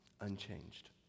unchanged